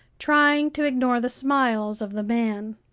trying to ignore the smiles of the man.